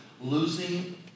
losing